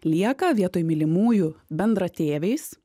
lieka vietoj mylimųjų bendratėviais